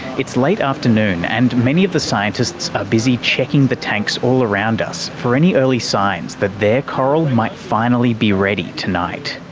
it's late afternoon and many of the scientists are busy checking the tanks all around us for any early signs that their coral might finally be ready tonight.